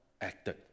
acted